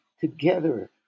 together